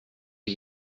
ich